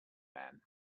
man